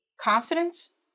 confidence